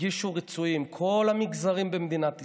ירגישו רצויים, כל המגזרים במדינת ישראל,